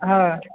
हॅं